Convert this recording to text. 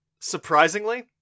Surprisingly